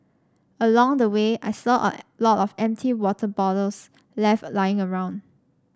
along the way I saw a lot of empty water bottles left lying around